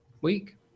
week